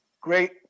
Great